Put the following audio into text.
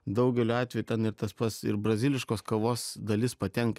daugeliu atvejų ten ir tas pats ir braziliškos kavos dalis patenka